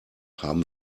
haben